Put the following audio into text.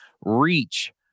reach